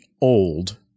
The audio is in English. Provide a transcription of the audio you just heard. old